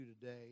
today